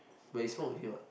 but you smoke with him what